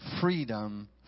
freedom